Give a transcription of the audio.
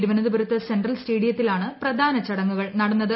തിരുവനന്തപുരത്ത് സ്ൻട്രൽ സ്റ്റേഡിയത്തിലാണ് പ്രധാന ചടങ്ങുകൾ നടന്നത്